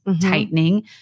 tightening